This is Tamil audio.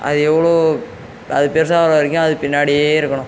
அது எவ்வளோ அது பெருசாகிற வரைக்கும் அது பின்னாடியே இருக்கணும்